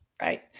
Right